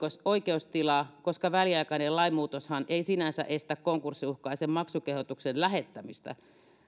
oikeustilaa koska väliaikainen lainmuutoshan ei sinänsä estä konkurssiuhkaisen maksukehotuksen lähettämistä